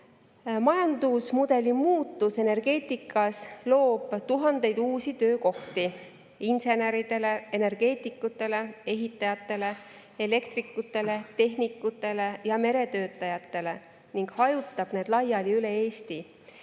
Majandusmudeli muutus energeetikas loob tuhandeid uusi töökohti inseneridele, energeetikutele, ehitajatele, elektrikutele, tehnikutele ja meretöötajatele ning hajutab need laiali üle Eesti,